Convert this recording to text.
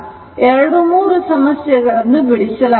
2 3 ಸಮಸ್ಯೆಗಳನ್ನು ಬಿಡಿಸಲಾಗಿದೆ